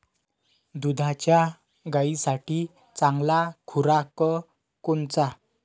दुधाच्या गायीसाठी चांगला खुराक कोनचा?